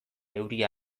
euria